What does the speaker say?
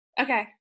Okay